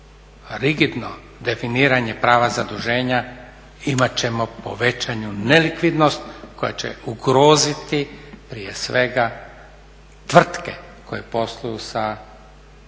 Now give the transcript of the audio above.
rigidno definiranje prava zaduženja imat ćemo povećanu nelikvidnost koja će ugroziti prije svega tvrtke koje posluju sa lokalnom